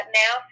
now